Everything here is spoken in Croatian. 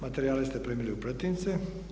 Materijale ste primili u pretince.